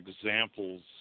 examples